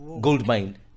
goldmine